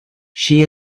she